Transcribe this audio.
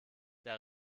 der